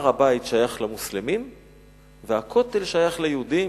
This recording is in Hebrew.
הר-הבית שייך למוסלמים והכותל שייך ליהודים.